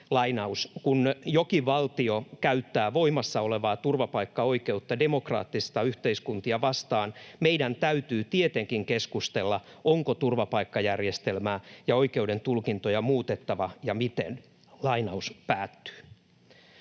”Kun jokin valtio käyttää voimassa olevaa turvapaikkaoikeutta demokraattisia yhteiskuntia vastaan, meidän täytyy tietenkin keskustella, onko turvapaikkajärjestelmää ja oikeuden tulkintoja muutettava ja miten.” Halusin tämän